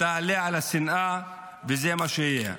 תעלה על השנאה, וזה מה שיהיה.